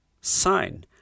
sign